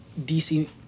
DC